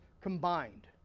combined